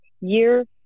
year